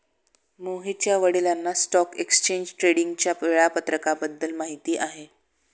मोहितच्या वडिलांना stock exchange ट्रेडिंगच्या वेळापत्रकाबद्दल माहिती आहे